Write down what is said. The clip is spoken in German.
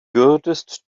würdest